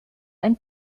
ein